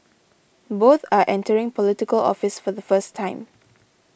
both are entering Political Office for the first time